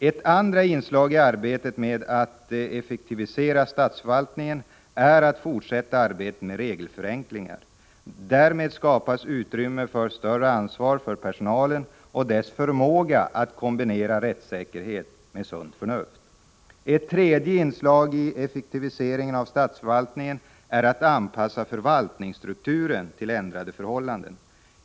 Ett andra inslag i arbetet med att effektivisera statsförvaltningen är fortsatta regelförenklingar. Därmed skapas utrymme för större ansvar för personalen och dess förmåga att kombinera rättssäkerhet med sunt förnuft. Ett tredje inslag i effektiviseringen av statsförvaltningen är att anpassa förvaltningsstrukturen till ändrade förhållanden.